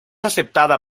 aceptada